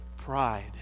Pride